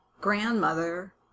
grandmother